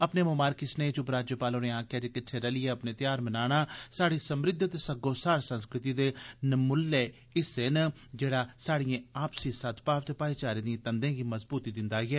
अपने ममारकी सनेह् च उपराज्यपाल होरें आक्खेआ जे किट्ठे रलियै अपने ध्यार मनाना स्हाड़ी समृद्ध ते सग्गोसार संस्कृति दे नमुल्ला हिस्सा ऐ जेहड़ा स्हाड़िएं आपसी सदभाव ते भाई चारे दिएं तंदें गी मजबूती दिंदा ऐ